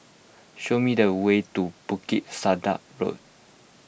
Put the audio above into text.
show me the way to Bukit Sedap Road